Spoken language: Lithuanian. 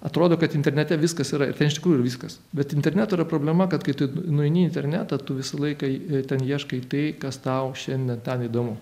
atrodo kad internete viskas yra ir ten ištikrųjų viskas bet interneto yra problema kad kai tu nueini į internetą tu visą laiką ten ieškai tai kas tau šiandien ten įdomu